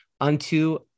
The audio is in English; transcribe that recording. unto